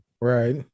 right